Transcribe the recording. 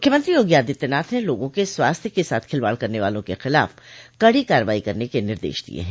मुख्यमंत्री योगी आदित्यनाथ ने लोगों के स्वास्थ्य के साथ खिलवाड़ करने वालों के खिलाफ कड़ी कार्रवाई करने क निर्देश दिये हैं